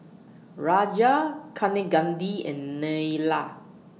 Raja Kaneganti and Neila